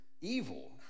evil